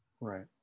right